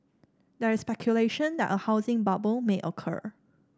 there is speculation that a housing bubble may occur